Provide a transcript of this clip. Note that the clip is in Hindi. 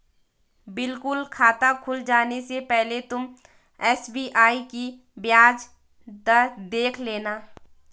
बिल्कुल खाता खुल जाने से पहले तुम एस.बी.आई की ब्याज दर देख लेना